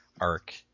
arc